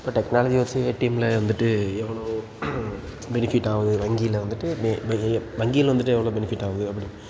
இப்போ டெக்னாலஜியை வச்சி ஏடிஎம்மில் வந்துட்டு எவ்வளோ பெனிஃபிட் ஆகுது வங்கியில் வந்துட்டு நி வங்கியில் வந்துட்டு எவ்வளோ பெனிஃபிட் ஆகுது அப்படின்னு